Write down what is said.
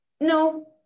no